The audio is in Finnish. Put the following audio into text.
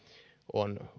on